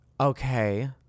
Okay